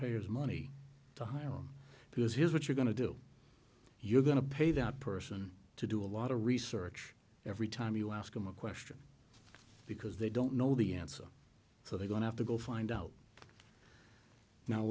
payers money to hire because here's what you're going to do you're going to pay that person to do a lot of research every time you ask them a question because they don't know the answer so they don't have to go find out now